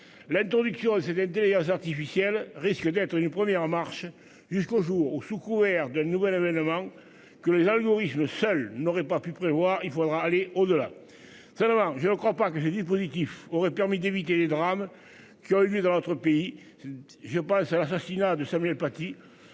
L'introduction c'est-à-dire artificielle risque d'être une première en marche jusqu'au jour où, sous couvert de nouvel aménagement que les algorithmes seul n'aurait pas pu prévoir. Il faudra aller au-delà. Seulement, je ne crois pas que j'ai dispositif. Aurait permis d'éviter les drames qui ont eu lieu dans notre pays. Je pense à l'assassinat de Samuel Paty